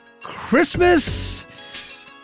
Christmas